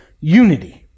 unity